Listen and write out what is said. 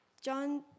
John